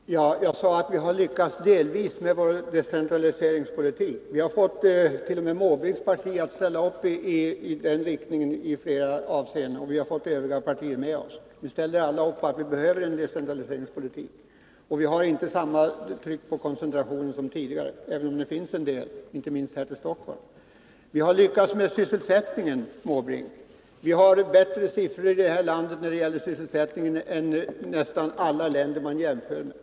Herr talman! Jag sade att vi delvis har lyckats med vår decentraliseringspolitik. Vi har fåttt.o.m. Bertil Måbrinks parti att i flera avseenden ställa sig bakom en politik i den riktningen. Vi har också fått övriga partier med oss. Alla instämmer nu i att vi behöver en decentraliseringspolitik. Och vi har inte samma tryck på koncentration som tidigare, även om det finns en del sådana tendenser. Det gäller inte minst koncentrationen hit till Stockholm. Vi har lyckats ganska bra med sysselsättningen, Bertil Måbrink. Vi har i detta land bättre siffror när det gäller sysselsättningen än nästan alla andra länder som man jämför med.